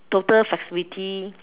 total flexibility